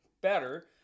better